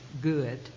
good